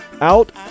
Out